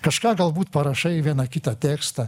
kažką galbūt parašai vieną kitą tekstą